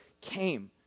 came